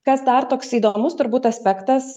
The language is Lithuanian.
kas dar toks įdomus turbūt aspektas